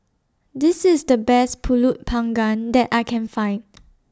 This IS The Best Pulut Panggang that I Can Find